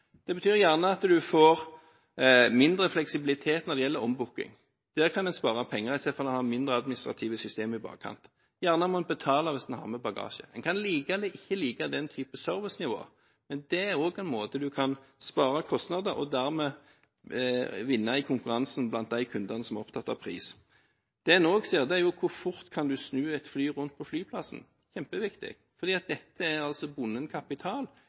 Det betyr gjerne at du får mindre fleksibilitet når det gjelder ombooking. Der kan en spare penger ved at en har mindre administrative systemer i bakkant. Gjerne må en betale hvis en har med bagasje. En kan like eller ikke like den type servicenivå, men det er også en måte en kan spare kostnader på, og dermed vinne konkurransen om de kundene som er opptatt av pris. Det en også ser på, er hvor fort en kan snu et fly rundt på flyplassen. Det er kjempeviktig, for dette er bundet kapital.